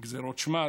גזרות שמד,